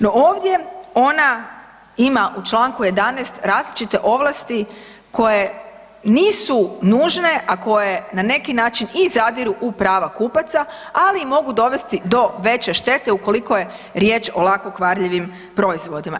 No, ovdje ona ima u Članku 11. različite ovlasti koje nisu nužne, a koje na neki način i zadiru u prava kupaca, ali i mogu dovesti do veće štete ukoliko je riječ o lako kvarljivim proizvodima.